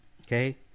okay